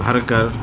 بھر کر